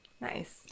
Nice